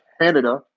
Canada